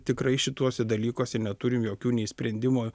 tikrai šituose dalykuose neturim jokių nei sprendimo